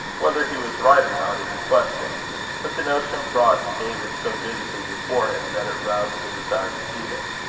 whether he was right or not is a question but the notion brought david so vividly before him, that it roused the desire to see him.